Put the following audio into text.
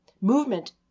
movement